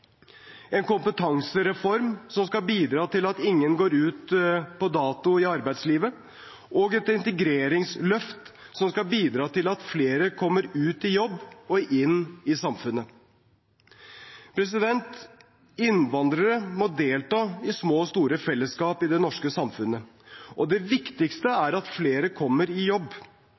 en kompetansereform som skal bidra til at ingen går ut på dato i arbeidslivet integreringsløft som skal bidra til at flere kommer ut i jobb og inn i samfunnet Innvandrere må delta i små og store fellesskap i det norske samfunnet, og det viktigste er at flere kommer i jobb.